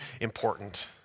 important